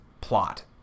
plot